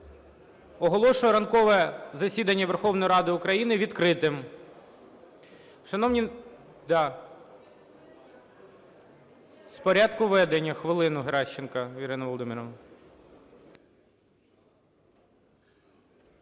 Оголошую ранкове засідання Верховної Ради України відкритим.